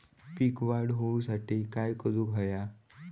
पीक वाढ होऊसाठी काय करूक हव्या?